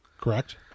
correct